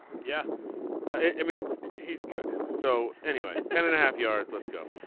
yeah i mean it's he's good. so anyway ten and a half yards let's go.